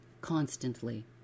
constantly